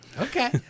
Okay